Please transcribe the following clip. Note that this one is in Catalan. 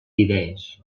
idees